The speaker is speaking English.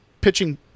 pitching